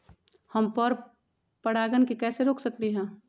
हम पर परागण के कैसे रोक सकली ह?